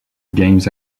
games